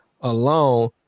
alone